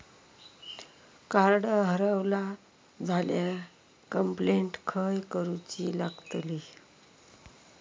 Card हरवला झाल्या complaint खय करूची लागतली?